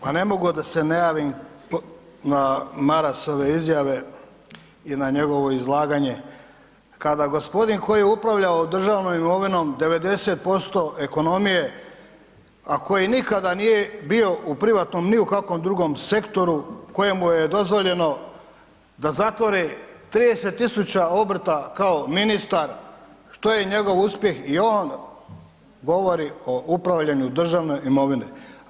Pa ne mogu a da se ne javim na Marasove izjave i na njegovo izlaganje kada gospodin koji upravljao državnom imovinom 90% ekonomije a koji nikada nije bio u privatnom ni u kakvom drugom sektoru, kojemu je dozvoljeno da zatvori 30 000 obrta kao ministar, što je njegov uspjeh i on govori o upravljanju i državnoj imovini.